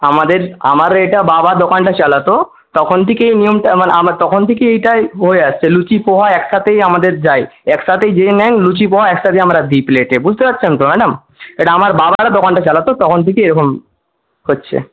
আমাদের এটা বাবা দোকানটা চালাতো তখন থেকেই নিয়মটা আমরা তখন থেকেই এটা হয়ে আসছে লুচি পোহা একসাথেই আমাদের যায় একসাথেই যে নেন লুচি পোহা একসাথে আমরা দিই প্লেটে বুঝতে পারছেন তো ম্যাডাম এটা আমার বাবারা দোকানটা চালাতো তখন থেকেই এইরকম হচ্ছে